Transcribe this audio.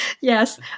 Yes